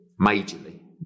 majorly